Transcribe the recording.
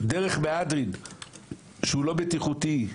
דרך מהדרין היא לא בטיחותית.